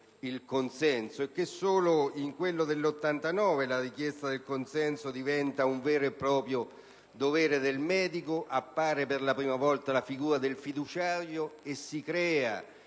il consenso informato e solo in quello del 1989 la richiesta del consenso è diventato un vero e proprio dovere del medico, è apparsa per la prima volta la figura del fiduciario e si è